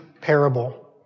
parable